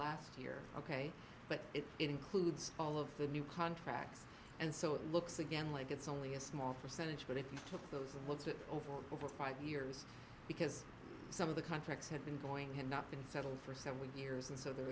last year ok but it includes all of the new contracts and so it looks again like it's only a small percentage but if you took those and looked it over over five years because some of the contracts had been going had not been settled for several years and so there